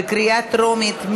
בקריאה טרומית.